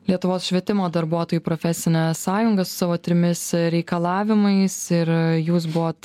lietuvos švietimo darbuotojų profesinė sąjunga su savo trimis reikalavimais ir jūs buvot